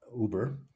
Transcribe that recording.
Uber